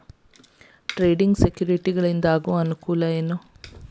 trading ಸೆಕ್ಯುರಿಟಿಗಳಿಂದ ಆಗೋ ಅನುಕೂಲ ಏನ